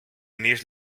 uneix